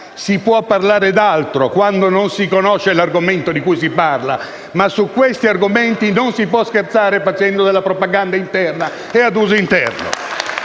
Si può parlare d'altro, quando non si conosce l'argomento di cui si parla, ma su questi argomenti non si può scherzare facendo della propaganda interna e ad uso interno.